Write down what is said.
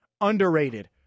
Underrated